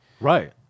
Right